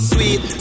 Sweet